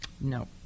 No